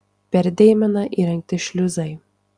per deimeną įrengti šliuzai